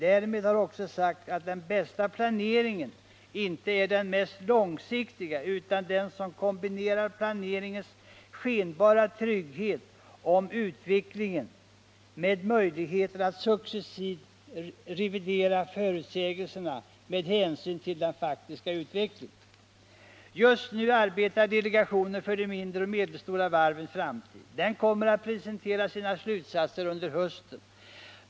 Därmed har också sagts att den bästa planeringen inte är den mest långsiktiga utan den som kombinerar planeringens skenbara trygghet när det gäller utvecklingen med möjligheter att successivt revidera förutsägelserna med hänsyn till den faktiska utvecklingen. Just nu arbetar delegationen för de mindre och medelstora varvens framtid. Den kommer att presentera sina slutsatser under hösten.